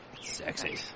Sexy